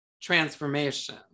transformation